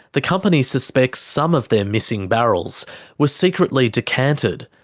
the company suspects some of their missing barrels were secretly decanted,